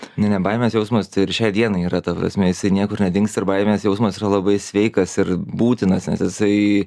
ne ne baimės jausmas tai ir šiai dienai yra ta prasme jisai niekur nedingsta ir baimės jausmas yra labai sveikas ir būtinas nes jisai